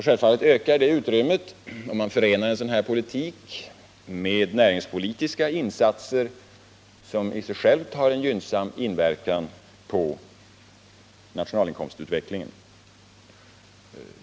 Självfallet ökar det utrymmet, om man förenar en sådan skattepolitik med näringspolitiska insatser som i sig själva har en gynnsam inverkan på nationalinkomstutvecklingen.